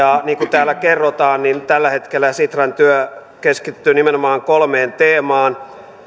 täällä kerrotaan tällä hetkellä sitran työ keskittyy nimenomaan kolmeen teemaan